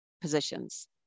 positions